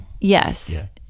Yes